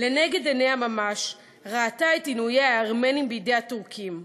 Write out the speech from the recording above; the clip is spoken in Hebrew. "לנגד עיניה ממש ראתה את עינויי הארמנים בידי הטורקים,